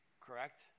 correct